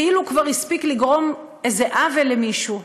כאילו הוא כבר הספיק לגרום איזה עוול למישהו.